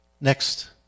Next